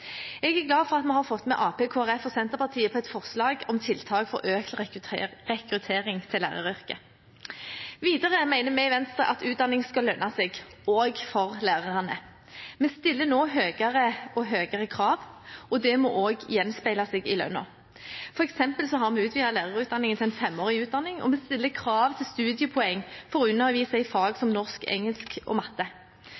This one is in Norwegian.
Jeg er glad for at vi har fått med Arbeiderpartiet, Kristelig Folkeparti og Senterpartiet på et forslag om tiltak for økt rekruttering til læreryrket. Videre mener vi i Venstre at utdanning skal lønne seg, også for lærerne. Vi stiller nå høyere og høyere krav, og det må også gjenspeile seg i lønnen. For eksempel har vi utvidet lærerutdanningen til en femårig utdanning, og vi stiller krav til studiepoeng for å undervise i fag